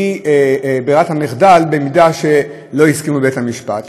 והוא ברירת המחדל במקרה שלא הסכימו, בית-המשפט.